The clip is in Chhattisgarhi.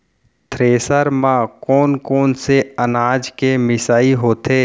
थ्रेसर म कोन कोन से अनाज के मिसाई होथे?